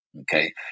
okay